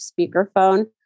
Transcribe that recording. speakerphone